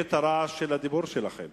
את רעש הדיבור שלכם